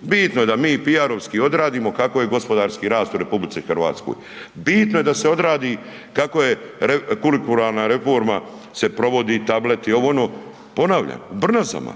Bitno je da mi piarovski odradimo kako je gospodarski rast u RH, bitno je da se odradi kako je kurikularna reforma se provodi, tableti, ovo, ono. Ponavljam, u Brnazama,